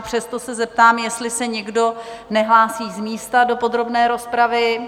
Přesto se zeptám, jestli se někdo nehlásí z místa do podrobné rozpravy?